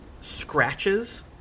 scratches